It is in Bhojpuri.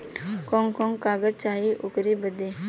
कवन कवन कागज चाही ओकर बदे?